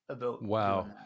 Wow